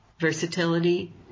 Versatility